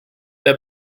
der